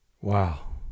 Wow